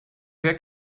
wer